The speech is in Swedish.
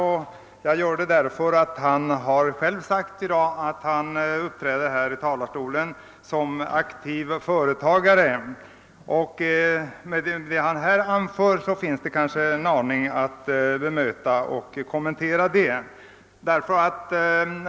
Han framhöll själv att han i dag uppträder i denna talarstol som aktiv företagare, och det finns då anledning att något bemöta och kommentera vad han sade.